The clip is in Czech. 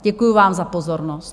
Děkuji vám za pozornost.